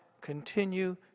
continue